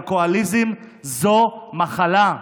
אלכוהוליזם זה מחלה.